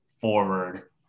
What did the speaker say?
forward